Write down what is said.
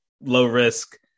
low-risk